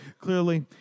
clearly